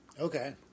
Okay